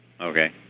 Okay